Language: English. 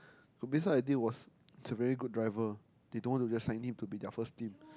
I think was he's a very good driver they don't wanna just sign him to be their first team